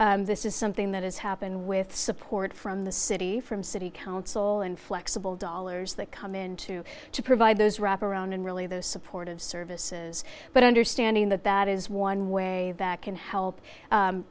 school this is something that has happened with support from the city from city council and flexible dollars that come into to provide those wraparound and really those supportive services but understanding that that is one way back can help